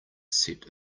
set